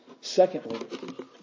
Secondly